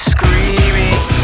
Screaming